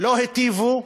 לא היטיבו,